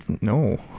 No